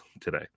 today